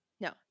No